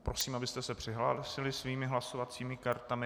Prosím, abyste se přihlásili svými hlasovacími kartami.